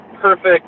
perfect